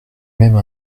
même